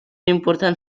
important